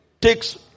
takes